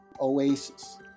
oasis